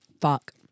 Fuck